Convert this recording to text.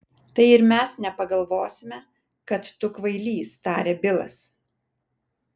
tai ir mes nepagalvosime kad tu kvailys tarė bilas